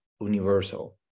universal